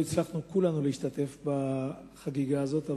לא כולנו הצלחנו להשתתף בחגיגה הזאת,